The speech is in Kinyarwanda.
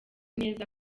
neza